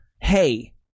Hey